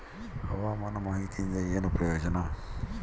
ಹವಾಮಾನ ಮಾಹಿತಿಯಿಂದ ಏನು ಪ್ರಯೋಜನ?